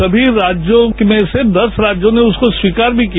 सभी राज्यों में से दस राज्यों ने उसको स्वीकार भी किया